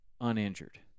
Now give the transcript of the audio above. uninjured